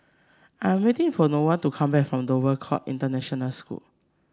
I'm waiting for Noelia to come back from Dover Court International School